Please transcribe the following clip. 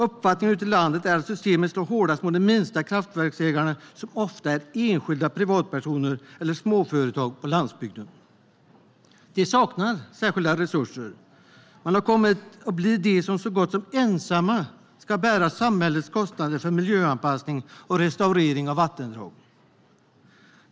Uppfattningen ute i landet är att systemet slår hårdast mot de minsta kraftverksägarna som ofta är enskilda privatpersoner eller småföretag på landsbygden. De saknar särskilda resurser men har kommit att bli de som så gott som ensamma ska bära samhällets kostnader för miljöanpassning och restaurering av vattendrag.